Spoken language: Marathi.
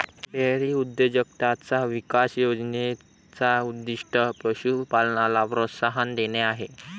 डेअरी उद्योजकताचा विकास योजने चा उद्दीष्ट पशु पालनाला प्रोत्साहन देणे आहे